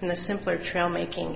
in the simpler trail making